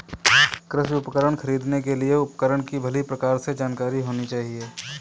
कृषि उपकरण खरीदने के लिए उपकरण की भली प्रकार से जानकारी होनी चाहिए